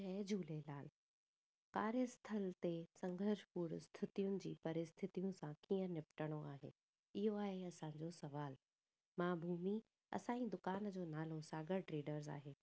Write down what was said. जय झूलेलाल कार्य स्थल ते संघर्षपूर्ण स्थितियुनि जी परिस्थतियूं सां कीअं निपटणो आहे इयो आहे असांजो सुवालु मां भूमि असांजी दुकान जो नालो सागर ट्रेडर्स आहे